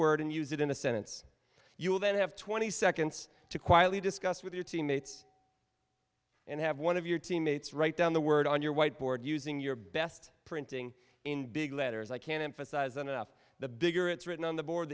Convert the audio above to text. word and use it in a sentence you'll then have twenty seconds to quietly discuss with your team mates and have one of your teammates write down the word on your whiteboard using your best printing in big letters i can't emphasize enough the bigger it's written on the board